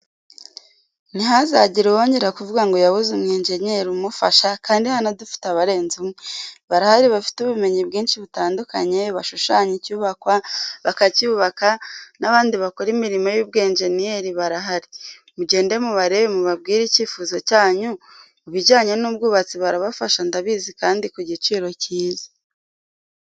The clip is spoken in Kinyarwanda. Ntihazagire uwongera kuvuga ngo yabuze umwenjenyeri umufasha kandi hano dufite abarenze umwe. Barahari bafite ubumenyi bwinshi butandukanye, bashushanya icyubakwa, bakacyubaka, n'abandi bakora imirimo y'ubwenjeniyeri barahari, mugende mubarebe mubabwire icyifuzo cyanyu, mubijyanye n'ubwubatsi barabafasha ndabizi kandi ku giciro cyiza.